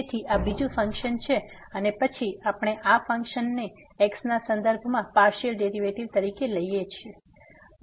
તેથી આ બીજું ફંક્શન છે અને પછી આપણે આ ફંક્શનના x ના સંદર્ભમાં પાર્સીઅલ ડેરીવેટીવ લઈએ છીએ